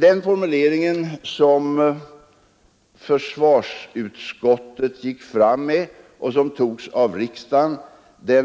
Den formulering som försvarsutskottet framförde och som antogs av riksdagen